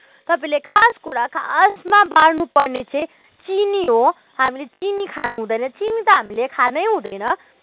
अनि तपाीँले खास कुरा खासमा बार्नु पर्ने चाहिँ चिनी हो हामीले चिनी खानु हुँदैन चिनी त हामीले खानै हुँदैन